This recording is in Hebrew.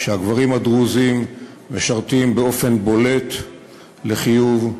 כשהגברים הדרוזים משרתים באופן בולט לחיוב,